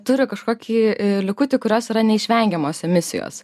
turi kažkokį likutį kurios yra neišvengiamos emisijos